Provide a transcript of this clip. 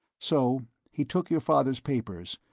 so he took your father's papers,